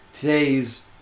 today's